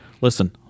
Listen